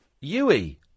Yui